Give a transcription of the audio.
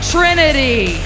Trinity